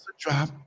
drop